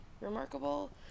remarkable